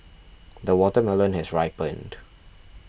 the watermelon has ripened